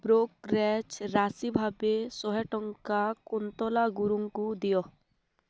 brokerage ରାଶି ଭାବେ ଶହେ ଟଙ୍କା କୁନ୍ତଲା ଗୁରୁଙ୍କୁ ଦିଅ